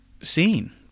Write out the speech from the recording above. seen